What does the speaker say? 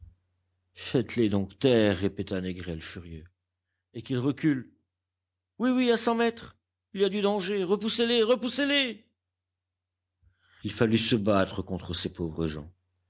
faites-les donc taire répéta négrel furieux et qu'ils reculent oui oui à cent mètres il y a du danger repoussez les repoussez les il fallut se battre contre ces pauvres gens